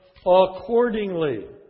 accordingly